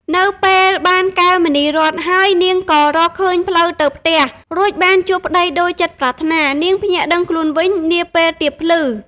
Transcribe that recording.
នៅពេលបានកែវមណីរត្នហើយ នាងក៏ រកឃើញផ្លូវទៅផ្ទះ រួចបានជួបប្តីដូចចិត្តប្រាថ្នា នាងភ្ញាក់ដឹងខ្លួនវិញ នាពេលទៀបភ្លឺ ។